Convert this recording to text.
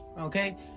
Okay